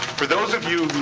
for those of you who